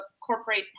corporate